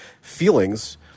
feelings